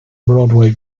broadway